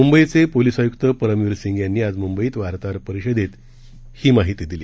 म्ंबईचे पोलीस आय्क्त परमवीर सिंग यांनी आज मूंबईत वार्ताहर परिषदेत ही माहीती दिली